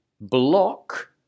block